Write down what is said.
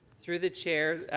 through the chair,